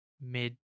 mid